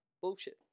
Bullshit